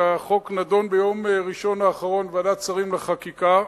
והחוק נדון ביום ראשון האחרון בוועדת השרים לחקיקה,